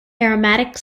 aromatic